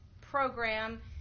program